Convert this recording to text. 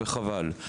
וחבל,